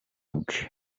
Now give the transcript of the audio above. bwe